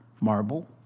marble